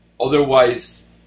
Otherwise